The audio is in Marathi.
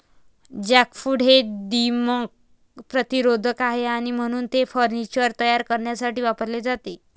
जॅकफ्रूट हे दीमक प्रतिरोधक आहे आणि म्हणूनच ते फर्निचर तयार करण्यासाठी वापरले जाते